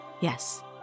Yes